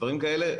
דברים כאלה,